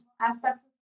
aspects